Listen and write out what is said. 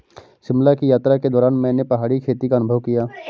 शिमला की यात्रा के दौरान मैंने पहाड़ी खेती का अनुभव किया